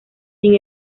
sin